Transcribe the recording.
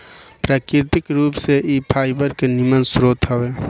प्राकृतिक रूप से इ फाइबर के निमन स्रोत हवे